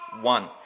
one